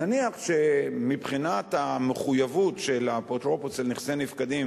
נניח שמבחינת המחויבות של האפוטרופוס לנכסי נפקדים